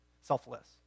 selfless